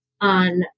on